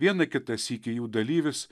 vieną kitą sykį jų dalyvis